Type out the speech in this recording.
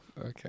Okay